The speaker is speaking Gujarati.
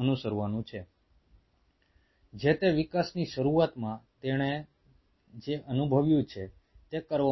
અનુસરવાનું છે જે તે વિકાસની શરૂઆતમાં તેણે જે અનુભવ્યું છે તે કરવા માટે